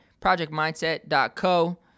projectmindset.co